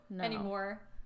anymore